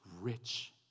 rich